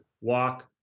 walk